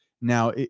Now